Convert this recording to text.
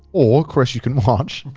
or chris you can watch,